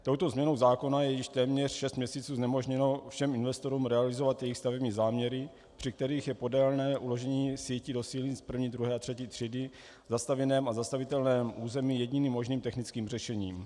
Touto změnou zákona je již téměř šest měsíců znemožněno všem investorům realizovat jejich stavební záměry, při kterých je podélné uložení sítí do silnic první, druhé a třetí třídy v zastavěném a zastavitelném území jediným možným technickým řešením.